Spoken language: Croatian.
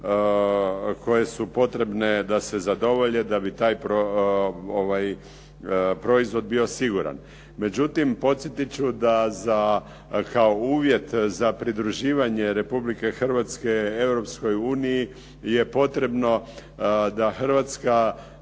koje su potrebne da se zadovolje da bi taj proizvod bio siguran. Međutim, podsjetit ću da za kao uvjet za pridruživanje Republike Hrvatske Europskoj uniji je potrebno da Hrvatska